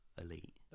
elite